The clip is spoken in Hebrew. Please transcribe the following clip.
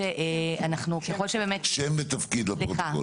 אה, בבקשה.